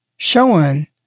showing